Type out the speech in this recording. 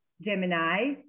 Gemini